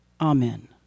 Amen